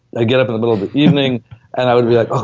i'd get up in the middle of evening and i was be like,